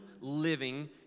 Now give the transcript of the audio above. living